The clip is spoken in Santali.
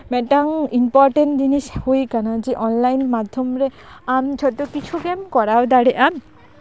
ᱢᱤᱫᱴᱟᱝ ᱤᱱᱯᱚᱴᱮᱱ ᱡᱤᱱᱤᱥ ᱦᱩᱭ ᱟᱠᱟᱱᱟ ᱡᱮ ᱚᱱᱞᱟᱭᱤᱱ ᱢᱟᱫᱽᱫᱷᱚᱢ ᱨᱮ ᱟᱢ ᱡᱷᱚᱛᱚ ᱠᱤᱪᱷᱩ ᱜᱮᱢ ᱠᱚᱨᱟᱣ ᱫᱟᱲᱮᱭᱟᱜᱼᱟ